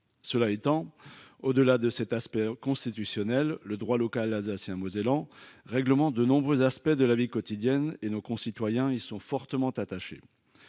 Cela étant, au-delà de cet aspect constitutionnel le droit local alsacien mosellan règlement de nombreux aspects de la vie quotidienne et nos concitoyens, ils sont fortement attachés.